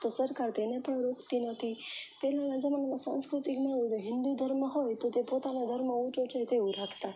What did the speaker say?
તો સરકાર તેને પણ રોકતી નથી પહેલાના જમાનામાં સાંકૃતિક ન હોય ન હિન્દુ ધર્મ હોય તો તે પોતાનો ધર્મ ઉંચો છે તેવું રાખતાં